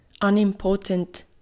unimportant